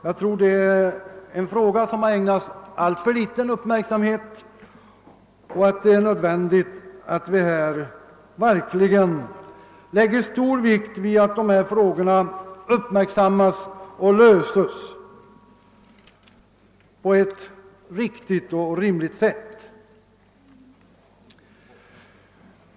Jag tror att det är en fråga som har ägnats alltför liten uppmärksamhet — det är nödvändigt att vi verkligen lägger vikt vid att dessa frågor uppmärksammas och löses på ett riktigt och rimligt sätt.